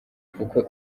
kuko